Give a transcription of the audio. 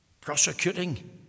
prosecuting